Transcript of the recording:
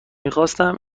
میخواستم